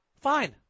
Fine